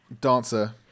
dancer